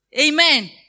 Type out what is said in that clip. Amen